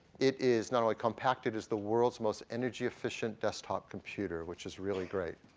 it is not only compacted as the world's most energy efficient desktop computer which is really great.